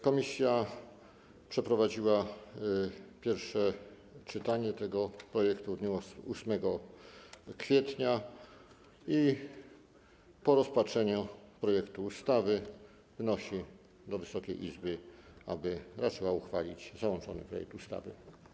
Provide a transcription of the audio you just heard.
Komisja przeprowadziła pierwsze czytanie tego projektu w dniu 8 kwietnia i po rozpatrzeniu projektu ustawy wnosi do Wysokiej Izby, aby raczyła uchwalić załączony projekt ustawy.